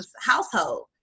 household